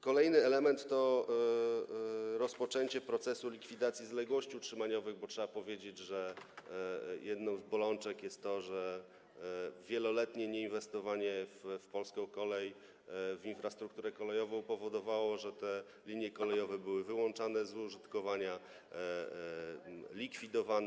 Kolejny element to rozpoczęcie procesu likwidacji zaległości utrzymaniowych, bo trzeba powiedzieć, że jedną z bolączek jest to, że wieloletnie nieinwestowanie w polską kolej, w infrastrukturę kolejową powodowało, że te linie kolejowe były wyłączane z użytkowania, likwidowane.